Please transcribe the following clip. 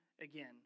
again